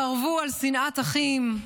חרבו 'על שנאת חינם'